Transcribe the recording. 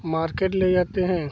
market ले जाते हैं